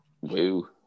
Woo